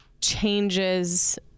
changes